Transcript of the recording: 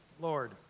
Lord